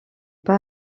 pas